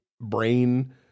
brain